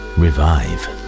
revive